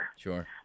Sure